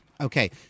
okay